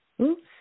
Oops